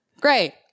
great